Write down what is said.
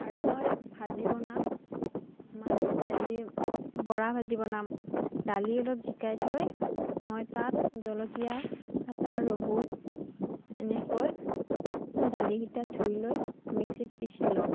আৰু মই ভাজি বনাম বৰা ভাজি বনাম দালি অলপ জিকাই থৈ মই তাত জলকীয়া আদা ৰহুন এনেকৈ দালিকেইটা ধুই লৈ মিক্সিত পিছি লওঁ